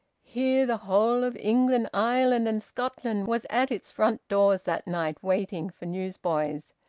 here the whole of england, ireland, and scotland was at its front doors that night waiting for newsboys,